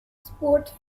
sport